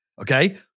Okay